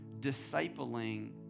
discipling